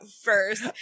first